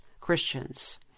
Christians